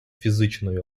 фізичної